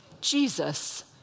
Jesus